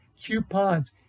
coupons